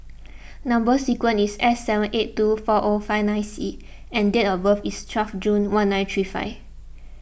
Number Sequence is S seven eight two four O five nine C and date of birth is twelve June one nine three five